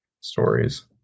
stories